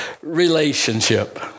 relationship